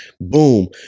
Boom